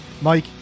mike